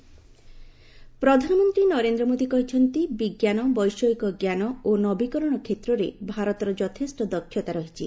PM science festival ପ୍ରଧାନମନ୍ତ୍ରୀ ନରେନ୍ଦ୍ର ମୋଦୀ କହିଛନ୍ତି ବିଜ୍ଞାନ ବୈଷୟିକଜ୍ଞାନ ଓ ନବୀକରଣ କ୍ଷେତ୍ରରେ ଭାରତର ଯଥେଷ୍ଟ ଦକ୍ଷତା ରହିଛି